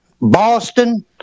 Boston